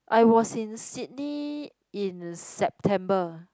I was in Sydney in September